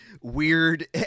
weird